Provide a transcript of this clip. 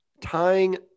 tying